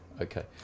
okay